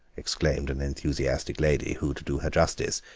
exclaimed an enthusiastic lady who, to do her justice,